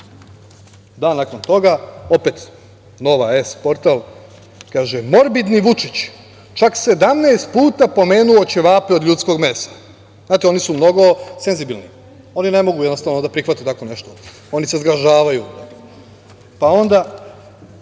Dan nakon toga, opet „Nova S“ portal kaže – morbidni Vučić čak 17 puta pomenuo ćevape od ljudskog mesa. Znate, oni su mnogo senzibilni. Oni ne mogu da prihvate tako nešto. Oni se zgražavaju. Pa, onda